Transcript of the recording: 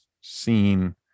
seen